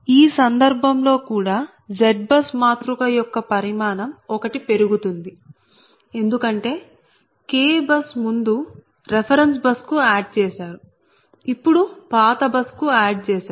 ఈ సందర్భంలో కూడా ZBUS మాతృక యొక్క పరిమాణం ఒకటి పెరుగుతుంది ఎందుకంటే k బస్ ముందు రెఫెరెన్స్ బస్ కు ఆడ్ చేశారు ఇప్పుడు పాత బస్ కు ఆడ్ చేశారు